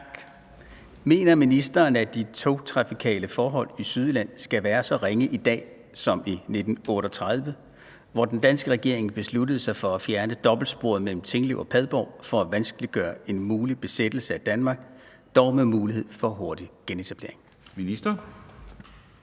Mener ministeren, at de togtrafikale forhold i Sydjylland skal være så ringe i dag som i 1938, hvor den danske regering besluttede sig for at fjerne dobbeltsporet mellem Tinglev og Padborg for at vanskeliggøre en mulig besættelse af Danmark, dog med mulighed for hurtig genetablering? Kl.